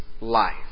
life